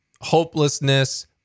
hopelessness